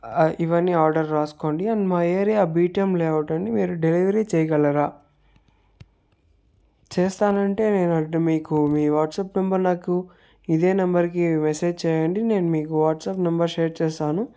ఇవన్నీ ఆర్డర్ రాసుకోండి అండ్ మా ఏరియా బీటీఎం లేఅవుట్ అండి మీరు డెలివరీ చేయగలరా చేస్తానంటే నేనంటే మీకు మీ వాట్సాప్ నెంబర్ నాకు ఇదే నెంబర్కి మెసేజ్ చేయండి నేను మీకు వాట్సాప్ నెంబర్ షేర్ చేస్తాను